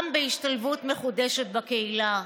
גם בהשתלבות מחודשת בקהילה.